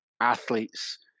athletes